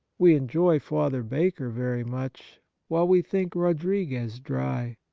we enjoy father baker very much while we think rodriguez dry.